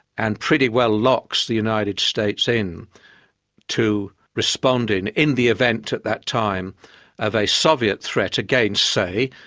and pretty well locks the united states in to responding in the event at that time of a soviet threat against, say,